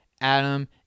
Adam